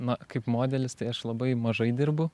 na kaip modelis tai aš labai mažai dirbu